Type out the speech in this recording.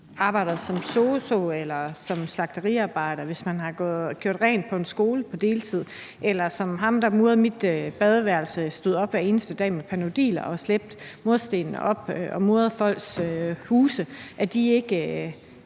eller som slagteriarbejder, eller hvis man har gjort rent på en skole på deltid, eller hvis man som ham, der murede mit badeværelse, er stået op hver eneste dag med Panodiler for at slæbe mursten og mure folks huse, oplever